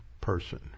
person